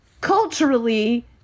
culturally